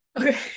Okay